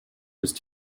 ist